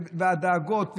הדאגות,